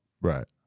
Right